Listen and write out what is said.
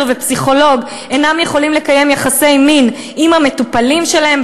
ופסיכולוג אינם יכולים לקיים יחסי מין עם המטופלים שלהם,